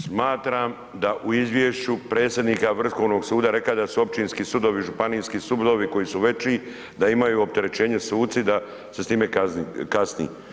Smatram da u izvješću predsjednika Vrhovnog suda, rekao je da su općinski sudovi, županijski sudovi koji su veći, da imaju opterećenje suci da se s time kazni.